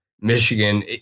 Michigan